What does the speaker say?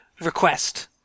Request